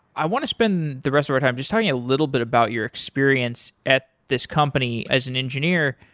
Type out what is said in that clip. i want to spend the rest of our time just talking a little bit about your experience at this company as an engineer.